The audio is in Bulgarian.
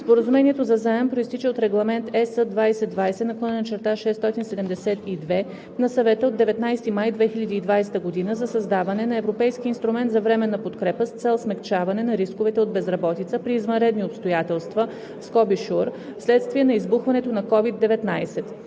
Споразумението за заем произтича от Регламент (ЕС) 2020/672 на Съвета от 19 май 2020 г. за създаване на Европейски инструмент за временна подкрепа с цел смекчаване на рисковете от безработица при извънредни обстоятелства (SURE) вследствие на избухването на COVID-19.